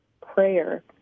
prayer